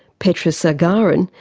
petra spaargaren,